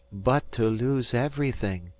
but to lose everything,